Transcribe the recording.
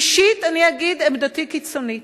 אישית, אני אגיד שעמדתי קיצונית.